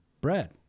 bread